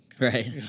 right